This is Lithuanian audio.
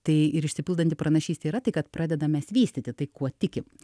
tai ir išsipildanti pranašystė yra tai kad pradedam mes vystyti tai kuo tiki